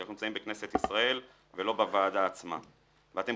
כי אנחנו נמצאים בכנסת ישראל ולא בוועדה עצמה ואתם